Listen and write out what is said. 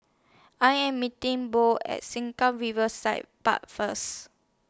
I Am meeting Bo At Sengkang Riverside Park First